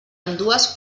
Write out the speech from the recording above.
ambdues